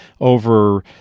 over